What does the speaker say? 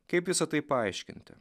kaip visa tai paaiškinti